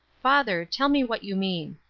father, tell me what you mean.